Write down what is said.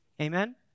Amen